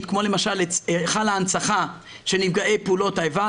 כמו למשל היכל ההנצחה של נפגעי פעולות האיבה,